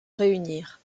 réunir